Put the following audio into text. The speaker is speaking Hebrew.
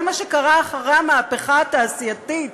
כל מה שקרה אחרי המהפכה התעשייתית,